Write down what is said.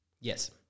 yes